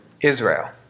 Israel